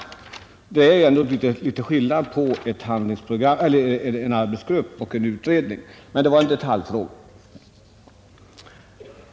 Det är väl en viss skillnad mellan en arbetsgrupp och en utredning; men det är en detaljfråga.